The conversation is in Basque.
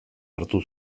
hartu